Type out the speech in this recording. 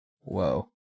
whoa